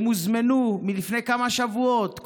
הם הוזמנו לפני כמה שבועות,